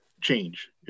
change